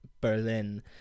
Berlin